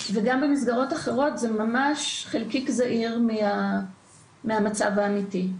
וגם במסגרות אחרות זה ממש חלקיק זעיר מהמצב האמיתי.